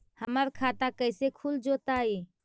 हमर खाता कैसे खुल जोताई?